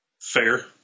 Fair